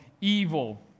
evil